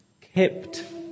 kept